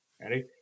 Ready